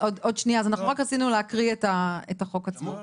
אנחנו רוצים להקריא את החוק עצמו.